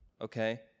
okay